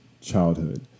childhood